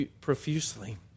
profusely